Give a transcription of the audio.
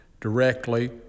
directly